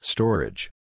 Storage